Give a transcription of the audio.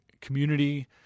community